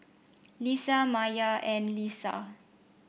Lisa Maya and Lisa